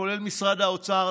כולל משרד האוצר,